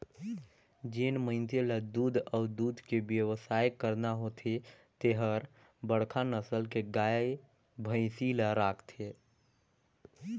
जेन मइनसे ल दूद अउ दूद के बेवसाय करना होथे ते हर बड़खा नसल के गाय, भइसी ल राखथे